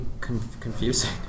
confusing